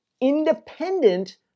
independent